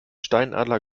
steinadler